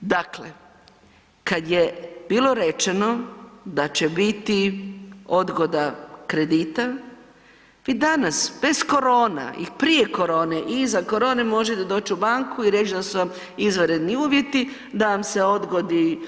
Dakle, kad je bilo rečeno da će biti odgoda kredita vi danas bez korona i prije korone i iza korone možete doći u banku i reći da su vam izvanredni uvjeti da vam se odgodi